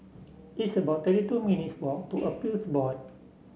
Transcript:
it's about twenty two minutes' walk to Appeals Board